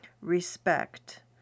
respect